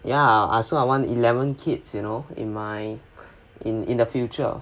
ya so I want eleven kids you know in my in in the future